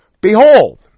Behold